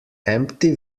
empty